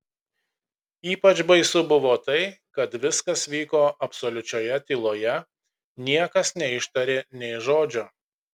ypač baisu buvo tai kad viskas vyko absoliučioje tyloje niekas neištarė nė žodžio